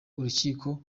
urukiko